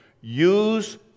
Use